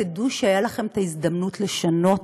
תדעו שהייתה לכם הזדמנות לשנות,